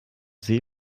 see